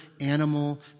animal